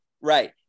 right